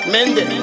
Mende